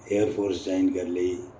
air force join करी लेई